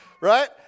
right